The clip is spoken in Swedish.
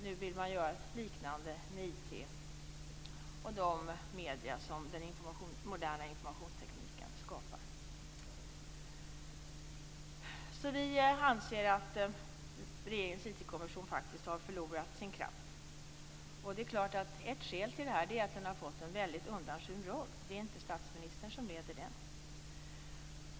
Nu vill man göra något liknande med IT och de medier som den moderna informationstekniken skapar. Vi anser att regeringens IT-kommission har förlorat sin kraft. Ett skäl till det är att den har fått en väldigt undanskymd roll. Det är inte statsministern som leder den.